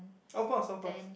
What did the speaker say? of course of course